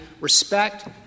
respect